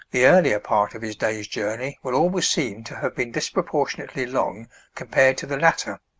the earlier part of his day's journey will always seem to have been disproportionately long compared to the latter.